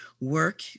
work